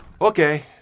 okay